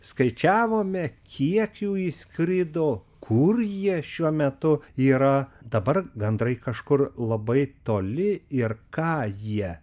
skaičiavome kiek jų išskrido kur jie šiuo metu yra dabar gandrai kažkur labai toli ir ką jie